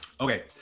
Okay